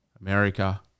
America